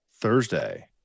Thursday